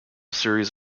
series